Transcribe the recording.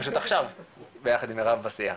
פשוט עכשיו ביחד עם מירב בשיח,